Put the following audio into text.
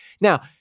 Now